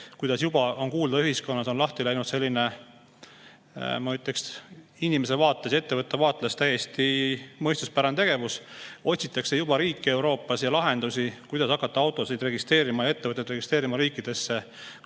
kuidas juba on kuulda, ühiskonnas on lahti läinud selline, ma ütleks, inimese vaates ja ettevõtte vaates täiesti mõistuspärane tegevus: otsitakse riike Euroopas ja lahendusi, kuidas hakata registreerima autosid ja ettevõtteid riikidesse,